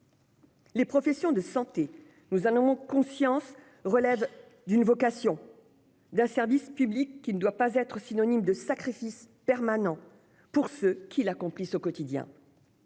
Les professionnels de santé, nous en avons conscience, sont mus par une vocation à accomplir un service public qui ne doit pas être synonyme de sacrifice permanent pour ceux qui l'assument au quotidien.